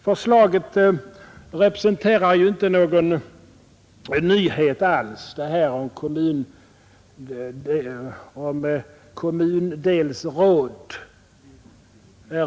Förslaget om kommundelsråd representerar ju inte alls någon nyhet.